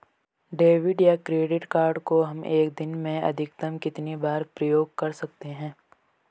Debit या credit card को हम एक दिन में अधिकतम कितनी बार प्रयोग कर सकते हैं?